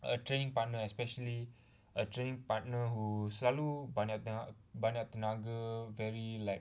a training partner especially a training partner who selalu banyak tenaga banyak tenaga very like